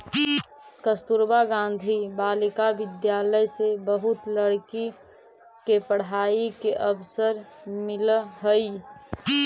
कस्तूरबा गांधी बालिका विद्यालय से बहुत लड़की के पढ़ाई के अवसर मिलऽ हई